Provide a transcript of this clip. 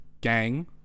gang